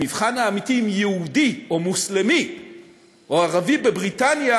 המבחן האמיתי הוא אם יהודי או מוסלמי או ערבי בבריטניה